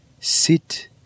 sit